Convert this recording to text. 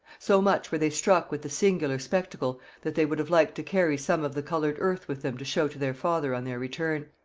so much were they struck with the singular spectacle that they would have liked to carry some of the coloured earth with them to show to their father on their return.